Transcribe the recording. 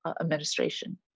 administration